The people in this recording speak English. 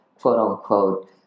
quote-unquote